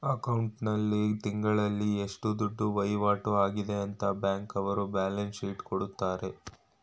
account ಆಲ್ಲಿ ತಿಂಗಳಲ್ಲಿ ಎಷ್ಟು ದುಡ್ಡು ವೈವಾಟು ಆಗದೆ ಅಂತ ಬ್ಯಾಂಕ್ನವರ್ರು ಬ್ಯಾಲನ್ಸ್ ಶೀಟ್ ಕೊಡ್ತಾರೆ